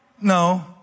No